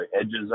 edges